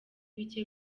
bike